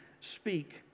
speak